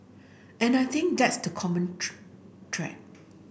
and I think that's the common thread